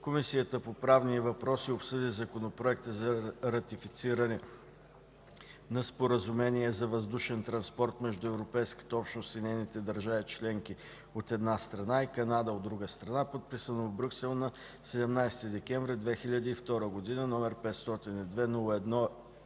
Комисията по правни въпроси обсъди Законопроект за ратифициране на Споразумение за въздушен транспорт между Европейската общност и нейните държави членки, от една страна, и Канада, от друга страна, подписано в Брюксел на 17 декември 2009 г., № 502-02-1,